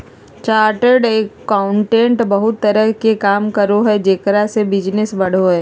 chartered accountant बहुत तरह के काम करो हइ जेकरा से बिजनस बढ़ो हइ